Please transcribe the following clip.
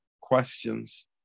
questions